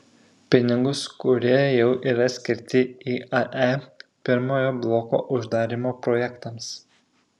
pinigus kurie jau yra skirti iae pirmojo bloko uždarymo projektams